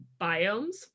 biomes